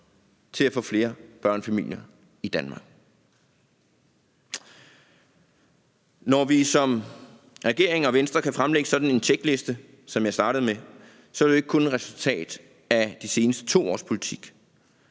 til at få flere børnefamilier i Danmark. Når vi som regering og Venstre kan fremlægge sådan en tjekliste, som jeg startede med, så er det jo ikke kun et resultat af de seneste 2 års politik.